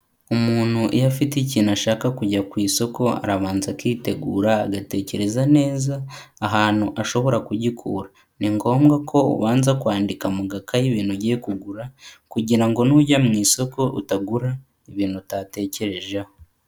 Umuntu iyo afite ikintu ashaka kujya ku isoko arabanza akitegura agatekereza neza ahantu ashobora kugikura, ni ngombwa ko ubanza kwandika mu gakayi ibintu ugiye kugura kugira ngo nujya mu isoko utagura ibintu utatekerejeho.